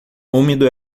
úmido